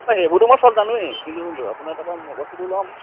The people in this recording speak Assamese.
অঁ সেইবোৰটো মই চব জানোৱেই কিন্তু ল'ম